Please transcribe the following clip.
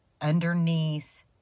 underneath